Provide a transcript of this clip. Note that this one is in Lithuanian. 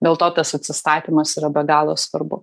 dėl to tas atsistatymas yra be galo svarbu